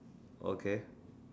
okay